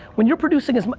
when you're producing as,